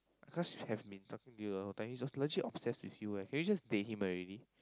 Akash have been talking to you the whole time he's just legit obsessed with you eh can you just date him already